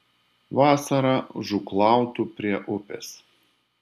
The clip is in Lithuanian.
vasarą žūklautų prie upės